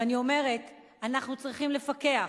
ואני אומרת: אנחנו צריכים לפקח,